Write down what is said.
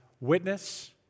witness